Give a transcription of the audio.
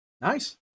Nice